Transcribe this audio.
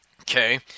Okay